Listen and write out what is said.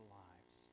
lives